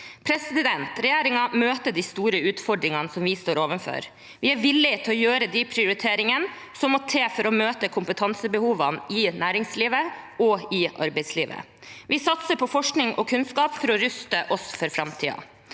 med det. Regjeringen møter de store utfordringene vi står overfor. Vi er villige til å gjøre de prioriteringene som må til for å møte kompetansebehovene i næringslivet og i arbeidslivet. Vi satser på forskning og kunnskap for å ruste oss for framtiden.